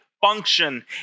function